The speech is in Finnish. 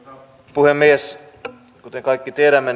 puhemies kuten kaikki tiedämme